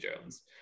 Jones